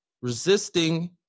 resisting